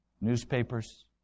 newspapers